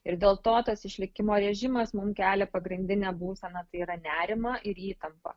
ir dėl to tas išlikimo režimas mum kelia pagrindinę būseną tai yra nerimą ir įtampą